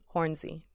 Hornsey